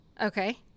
Okay